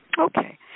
Okay